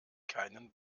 keinen